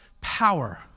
power